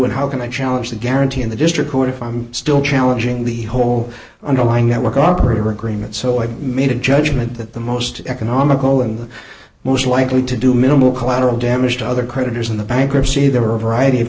and how can i challenge the guarantee in the district court if i'm still challenging the whole underlying network operator agreement so i made a judgment that the most economical and the most likely to do minimal collateral damage to other creditors in the bankruptcy there were a variety of